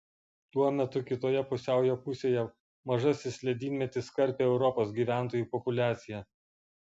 tuo metu kitoje pusiaujo pusėje mažasis ledynmetis karpė europos gyventojų populiaciją